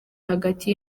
hagati